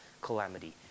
calamity